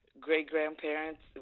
great-grandparents